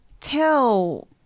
tell